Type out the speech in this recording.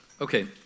Okay